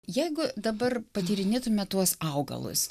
jeigu dabar patyrinėtume tuos augalus